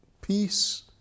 peace